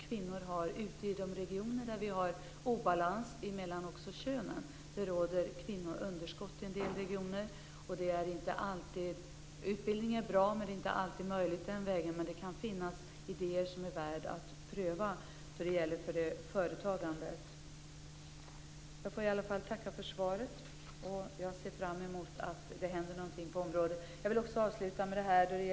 Kvinnor ute i de regioner där det är obalans mellan könen har förhoppningar. Det råder kvinnounderskott i en del regioner. Utbildning är bra, men det är inte alltid möjligt att gå den vägen. Men det kan finnas idéer som är värda att pröva när det gäller företagande. Jag får i alla fall tacka för svaret, och jag ser fram emot att det händer något på området.